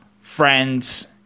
friends